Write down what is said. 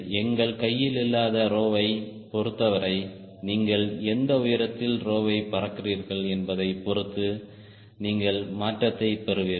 எங்கள் கையில் இல்லாத ரோவைப் பொருத்தவரை நீங்கள் எந்த உயரத்தில் ரோவை பறக்கிறீர்கள் என்பதைப் பொறுத்து நீங்கள் மாற்றத்தை பெறுவீர்கள்